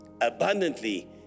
abundantly